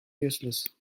useless